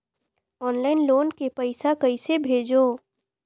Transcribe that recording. Online loan के पईसा कइसे भेजों?